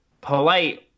Polite